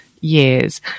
years –